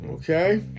Okay